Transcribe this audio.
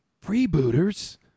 freebooters